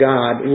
God